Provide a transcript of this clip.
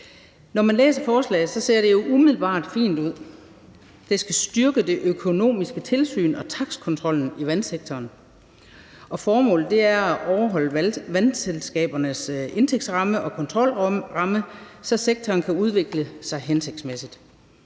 Når man læser forslaget, ser det jo umiddelbart fint ud. Det skal styrke det økonomiske tilsyn og takstkontrollen i vandsektoren, og formålet er at overholde vandselskabernes indtægtsramme og kontrolramme, så sektoren kan udvikle sig hensigtsmæssigt.